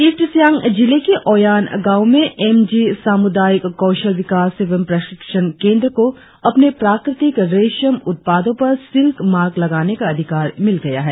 east Siang जिले के ओयान गांव में एम जी सामुदायिक कौशल विकास एवं प्रशिक्षण केंद्र को अपने प्राकृतिक रेशम उत्पादों पर सिल्क मार्क लगाने का अधिकार मिल गया है